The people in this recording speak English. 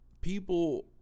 people